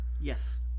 Yes